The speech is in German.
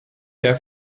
der